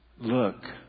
Look